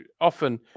Often